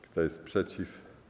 Kto jest przeciw?